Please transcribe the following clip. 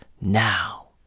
now